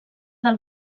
del